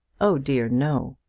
oh dear, no.